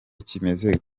kimeze